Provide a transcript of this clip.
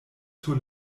sur